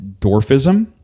dwarfism